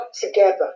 together